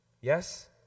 Yes